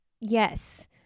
Yes